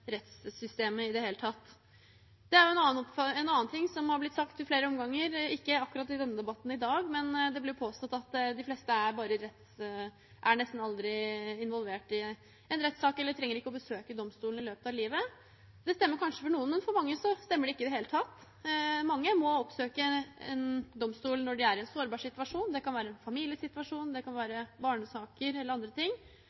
rettssystemet i det hele tatt. En annen ting som er blitt sagt i flere omganger, ikke akkurat i denne debatten i dag, er at de fleste er nesten aldri involvert i en rettssak eller trenger ikke å besøke en domstol i løpet av livet. Det stemmer kanskje for noen, men for mange stemmer det ikke i det hele tatt. Mange må oppsøke en domstol når de er i en sårbar situasjon. Det kan være en familiesituasjon, det kan